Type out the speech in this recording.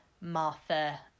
Martha